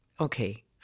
Okay